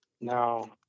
now